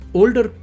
older